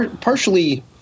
partially